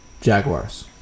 Jaguars